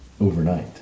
overnight